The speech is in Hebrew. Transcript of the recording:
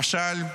למשל,